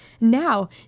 Now